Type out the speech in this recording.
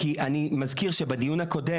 כי אני מזכיר שבדיון הקודם,